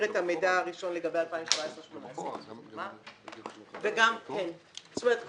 את המידע הראשון לגבי 2017,2018. זאת אומרת,